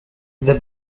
the